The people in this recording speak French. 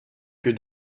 que